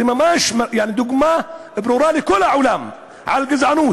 זו ממש דוגמה ברורה לכל העולם לגזענות,